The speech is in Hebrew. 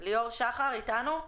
שחר אתנו?